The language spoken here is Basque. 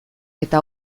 eta